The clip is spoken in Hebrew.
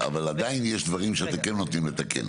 אבל עדיין יש דברים שאתם כן נוטים לתקן.